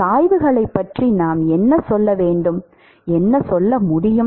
சாய்வுகளைப் பற்றி நாம் என்ன சொல்ல முடியும்